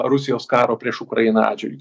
rusijos karo prieš ukrainą atžvilgiu